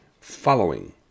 following